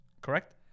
Correct